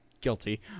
guilty